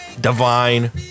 Divine